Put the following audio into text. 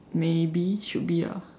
maybe should be ah